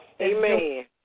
Amen